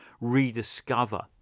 rediscover